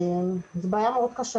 זו בעיה קשה מאוד.